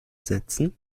setzen